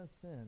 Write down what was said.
sin